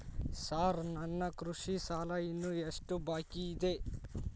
Sir ನನ್ನ ಕೃಷಿ ಸಾಲ ಇನ್ನು ಎಷ್ಟು ಬಾಕಿಯಿದೆ?